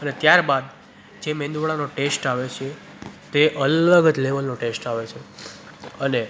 અને ત્યારબાદ જે મેંદુવડાનો ટેસ્ટ આવે છે તે અલગ જ લેવલનો ટેસ્ટ આવે છે અને